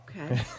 Okay